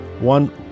one